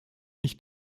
nicht